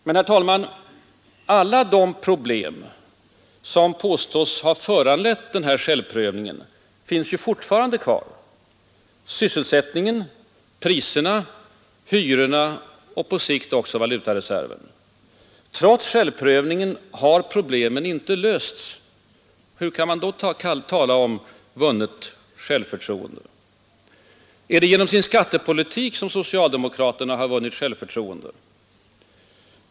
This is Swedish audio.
Men, herr talman, alla de problem som påstås ha föranlett denna självprövning finns ju fortfarande kvar: sysselsättningen, priserna, hyrorna och på sikt också valutareserven. Trots självprövningen har problemen inte lösts. Hur kan man då tala om vunnet självförtroende? Är det genom sin skattepolitik som socialdemokraterna har vunnit självförtroende?